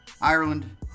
Ireland